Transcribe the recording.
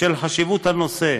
בשל חשיבות הנושא,